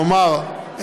נאמר,